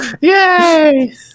Yay